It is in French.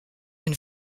une